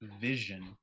vision